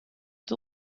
het